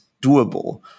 doable